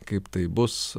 kaip tai bus